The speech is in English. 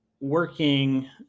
working